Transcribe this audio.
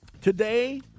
today